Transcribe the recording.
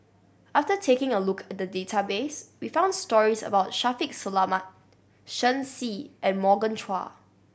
after taking a look at the database we found stories about Shaffiq Selamat Shen Xi and Morgan Chua